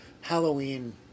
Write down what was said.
Halloween